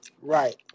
Right